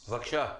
בבקשה.